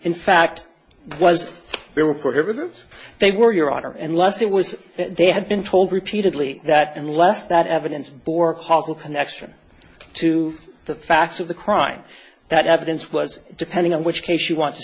in fact was they were prohibited they were your honor and less it was they had been told repeatedly that unless that evidence bore possible connection to the facts of the crime that evidence was depending on which case you want to